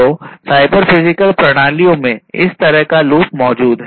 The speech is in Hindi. तो साइबर फिजिकल प्रणालियों में इस तरह का लूप मौजूद है